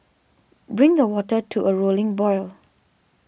bring the water to a rolling boil